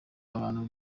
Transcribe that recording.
ahantu